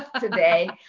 today